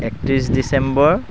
একত্ৰিছ ডিচেম্বৰ